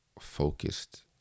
Focused